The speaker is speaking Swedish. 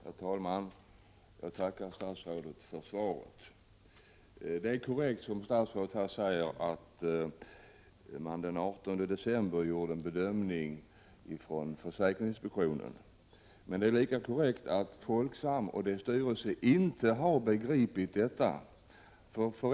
Herr talman! Jag tackar statsrådet för svaret. Det är korrekt som statsrådet säger att försäkringsinspektionen den 18 november gjorde en bedömning. Men det är lika korrekt att Folksam och dess styrelse inte har begripit detta.